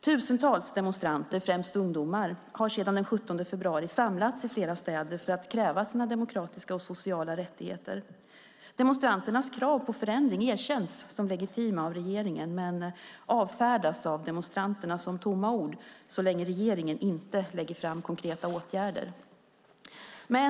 Tusentals demonstranter, främst ungdomar, har sedan den 17 februari samlats i flera städer för att kräva sina demokratiska och sociala rättigheter. Demonstranternas krav på förändring erkänns som legitima av regeringen, men det avfärdas av demonstranterna som tomma ord så länge regeringen inte lägger fram konkreta åtgärder.